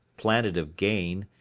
planet of gain,